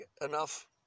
enough